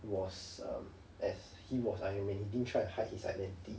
was um as he was iron man he didn't try to hide his identity